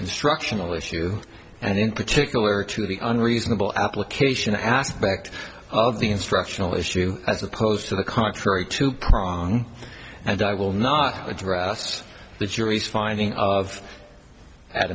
instructional issue and in particular to be unreasonable application aspect of the instructional issue as opposed to the contrary to prong and i will not address the jury's finding of at